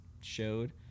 showed